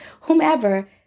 whomever